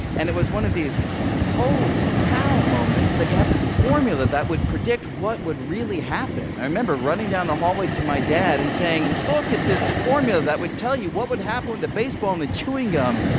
and it was one of these holy cow moments that you had this formula that would predict what would really happen. i remember running down the hallway to my dad, and saying, look at this formula that would tell you what would happen with the baseball and the chewing gum.